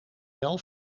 wel